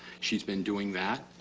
she has been doing that.